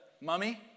mummy